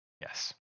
yes